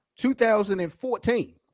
2014